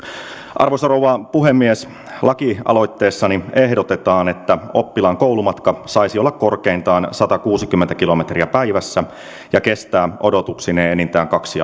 arvoisa rouva puhemies lakialoitteessani ehdotetaan että oppilaan koulumatka saisi olla korkeintaan satakuusikymmentä kilometriä päivässä ja kestää odotuksineen enintään kaksi